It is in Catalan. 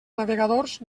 navegadors